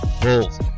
Bulls